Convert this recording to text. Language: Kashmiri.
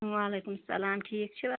وعلیکُم سَلام ٹھیٖک چھِوا